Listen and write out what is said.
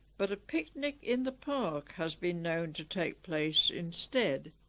but a picnic in the park has been known to take place instead